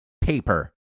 paper